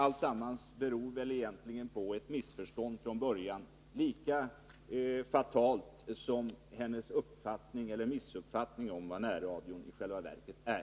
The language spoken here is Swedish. Alltsammans beror väl från början på ett missförstånd, lika fatalt som Eva Hjelmströms uppfattning eller missuppfattning om vad närradion i själva verket är.